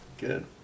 Good